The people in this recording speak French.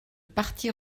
partie